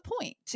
point